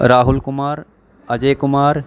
Rahul Kumar Ajay Kumar